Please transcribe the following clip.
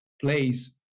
plays